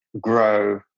grow